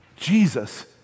Jesus